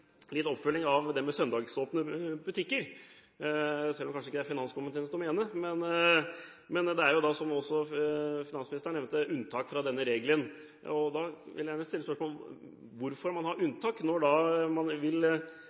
Litt oppfølging av det med søndagsåpne butikker, selv om det kanskje ikke er finanskomiteens domene. Det er jo, som finansministeren også nevnte, unntak fra denne regelen. Da vil jeg gjerne stille spørsmålet: Hvorfor har man unntak når man vil